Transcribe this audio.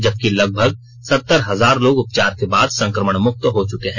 जबकि लगभग सत्तर हजार लोग उपचार के बाद संकमण मुक्त हो चुके हैं